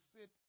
sit